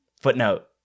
Footnote